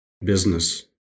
business